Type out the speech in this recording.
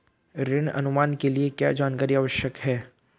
ऋण अनुमान के लिए क्या जानकारी आवश्यक है?